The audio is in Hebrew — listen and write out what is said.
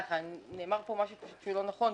נאמר פה משהו שהוא לא נכון,